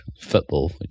football